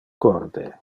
corde